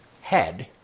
head